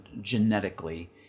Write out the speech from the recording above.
genetically